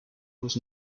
was